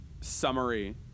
summary